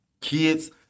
Kids